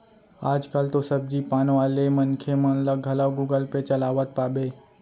आज कल तो सब्जी पान वाले मनखे मन ल घलौ गुगल पे चलावत पाबे